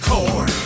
Core